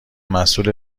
مسئول